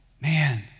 man